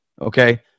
okay